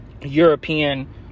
European